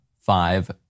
Five